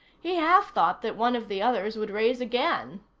he half-thought that one of the others would raise again,